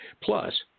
Plus